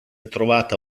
trovata